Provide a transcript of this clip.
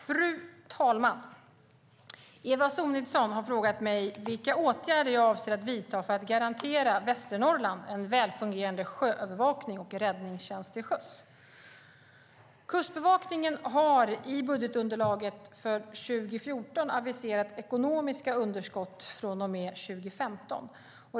Fru talman! Eva Sonidsson har frågat mig vilka åtgärder jag avser att vidta för att garantera Västernorrland en välfungerande sjöövervakning och räddningstjänst till sjöss. Kustbevakningen har i budgetunderlaget för 2014 aviserat ekonomiska underskott från och med 2015.